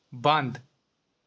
بنٛد